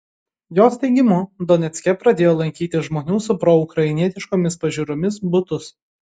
jos teigimu donecke pradėjo lankyti žmonių su proukrainietiškomis pažiūromis butus